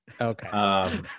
Okay